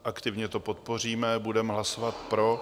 Aktivně to podpoříme, budeme hlasovat pro.